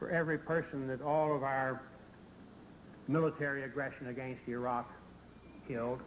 for every person that all of our military aggression against iraq you know